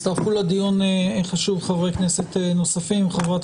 הצטרפו לדיון החשוב חברי כנסת נוספים: חברת